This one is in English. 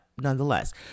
nonetheless